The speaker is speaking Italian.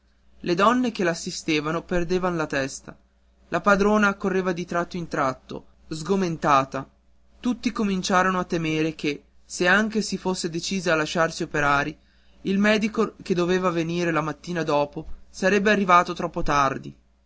le donne che l'assistevano perdevan la testa la padrona accorreva di tratto in tratto sgomentata tutti cominciarono a temere che se anche si fosse decisa a lasciarsi operare il medico che doveva venire la mattina dopo sarebbe arrivato troppo tardi